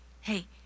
hey